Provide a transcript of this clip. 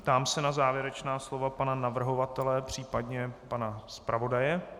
Ptám se na závěrečná slova pana navrhovatele případně pana zpravodaje.